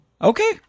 Okay